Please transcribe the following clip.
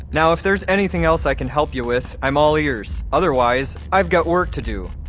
now if there's anything else i can help you with i'm all ears. otherwise, i've got work to do.